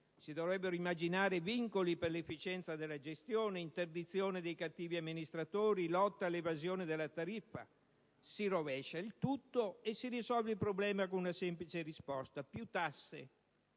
Si dovrebbero immaginare vincoli per l'efficienza nella gestione, interdizione dei cattivi amministratori, lotta all'evasione della tariffa? Si rovescia il tutto e si risolve il problema con una semplice risposta: più tasse.